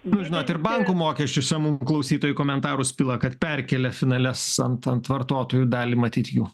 nu žinot ir bankų mokesčius mum klausytojai komentarus pila kad perkėlė finale vartotojų dalį matyt jų